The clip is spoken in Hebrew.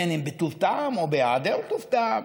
אם בטוב טעם ואם בהיעדר טוב טעם,